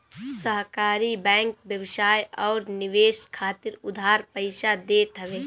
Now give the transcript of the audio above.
सहकारी बैंक व्यवसाय अउरी निवेश खातिर उधार पईसा देत हवे